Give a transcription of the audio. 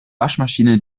waschmaschine